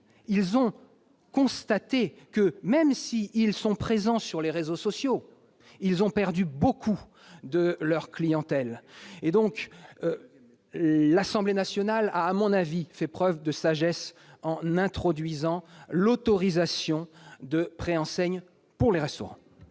ont constaté que, même s'ils sont présents sur les réseaux sociaux, ils ont perdu beaucoup de clientèle. L'Assemblée nationale, à mon avis, a fait preuve de sagesse en introduisant l'autorisation d'installer des préenseignes pour les restaurants.